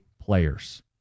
players